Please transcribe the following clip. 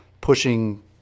pushing